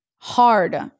hard